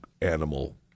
animal